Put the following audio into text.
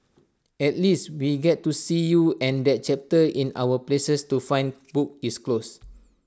at least we get to see you and that chapter in our places to find book is closed